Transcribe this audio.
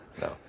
No